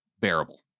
bearable